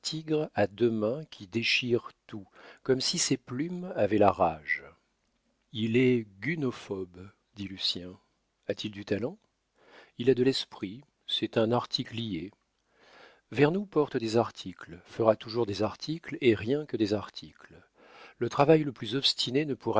à deux mains qui déchire tout comme si ses plumes avaient la rage il est gunophobe dit lucien a-t-il du talent il a de l'esprit c'est un articlier vernou porte des articles fera toujours des articles et rien que des articles le travail le plus obstiné ne